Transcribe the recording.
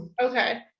Okay